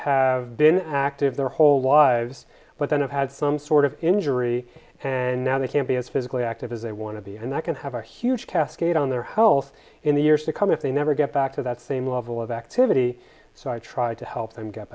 have been active their whole lives but then i've had some sort of injury and now they can't be as physically active as they want to be and that can have a huge cascade on their holes in the years to come if they never get back to that same level of activity so i try to help them get